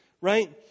right